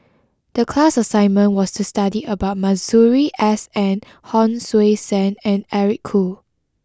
the class assignment was to study about Masuri S N Hon Sui Sen and Eric Khoo